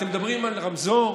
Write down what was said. אתם מדברים על רמזור?